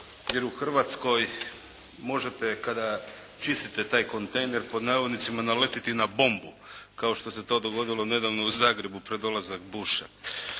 jer u Hrvatskoj možete kada čistite taj kontejner pod navodnicima naletiti i na bombu kao što se to dogodilo nedavno u Zagrebu pred dolazak Busha.